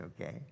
okay